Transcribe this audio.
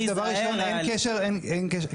דבר ראשון אין קשר, אין קשר.